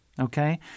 Okay